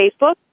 Facebook